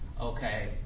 Okay